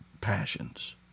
passions